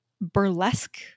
burlesque